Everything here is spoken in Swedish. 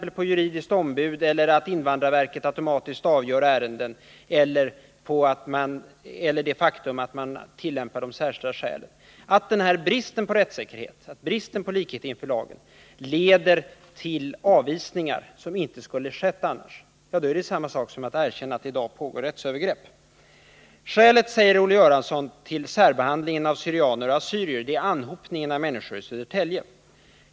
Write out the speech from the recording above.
bristen på juridiskt ombud, det faktum att invandrarverket automatiskt avgör ärenden eller att man tillämpar de särskilda skälen — leder till avvisningar, som annars inte skulle ha skett. Det är detsamma som att erkänna att det sker rättsövergrepp. Skälet, säger Olle Göransson, till särbehandlingen av assyrier och syrianer är anhopningen av människor i Södertälje.